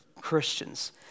Christians